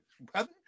brother